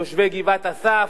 תושבי גבעת-אסף,